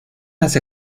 las